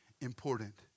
important